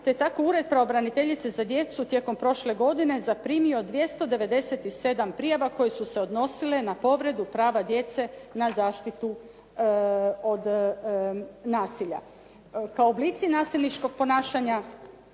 je tako Ured pravobraniteljice za djecu tijekom prošle godine zaprimio 297 prijava koje su se odnosile na povredu prava djece na zaštitu od nasilja. Kao oblici nasilničkog ponašanja